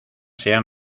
sean